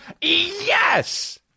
Yes